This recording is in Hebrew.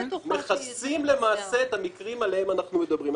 מכסים למעשה את המקרים עליהם אנחנו מדברים.